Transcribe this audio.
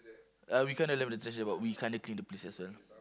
uh we kind of left the trash but we kind of clean the place as well